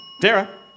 Dara